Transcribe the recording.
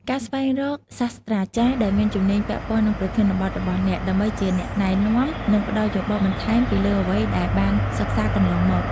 ការស្វែងរកសាស្រ្តាចារ្យដែលមានជំនាញពាក់ព័ន្ធនឹងប្រធានបទរបស់អ្នក ដើម្បីជាអ្នកណែនាំ និងផ្តល់យោបល់បន្ថែមពីលើអ្វីដែលបានសិក្សាកន្លងមក។